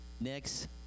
next